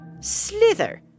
Slither